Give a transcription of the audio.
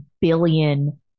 billion